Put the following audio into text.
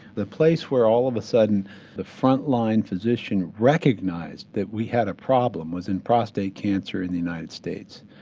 the place where all of a sudden the front line physician recognised that we had a problem was in prostate cancer in the united states,